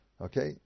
Okay